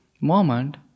moment